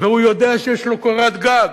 והוא יודע שיש לו קורת גג.